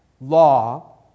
law